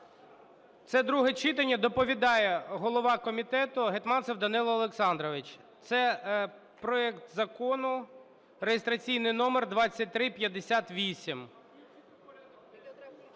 Це друге читання. Доповідає голова комітету Гетманцев Данило Олександрович. Це проект закону, реєстраційний номер 2358.